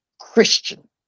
Christian